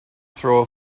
throw